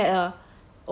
like he had a